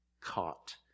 caught